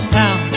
town